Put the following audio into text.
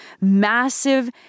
massive